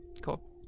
Cool